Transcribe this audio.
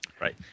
Right